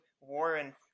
Warren